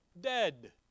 dead